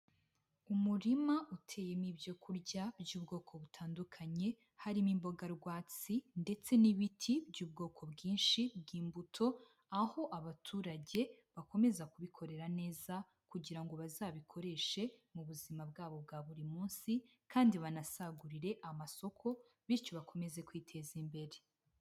Umurima uteyemo ibyo kurya by'ubwoko butandukanye, harimo imboga rwatsi ndetse n'ibiti by'ubwoko bwinshi bw'imbuto, aho abaturage bakomeza kubikorera neza kugira ngo bazabikoreshe mu buzima bwabo bwa buri munsi, kandi banasagurire amasoko, bityo bakomeze kwiteza imbere.